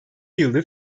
yıldır